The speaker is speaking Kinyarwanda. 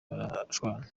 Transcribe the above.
barashwana